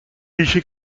ریشه